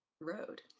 road